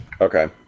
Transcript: Okay